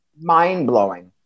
mind-blowing